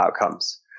outcomes